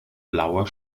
blauer